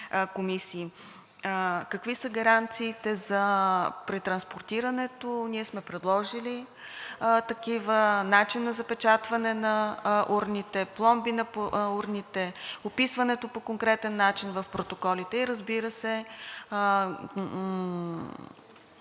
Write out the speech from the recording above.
Какви са гаранциите при транспортирането? Ние сме предложили такива – начин на запечатване на урните, пломби на урните, описването по конкретен начин в протоколите и разбира се,